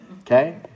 Okay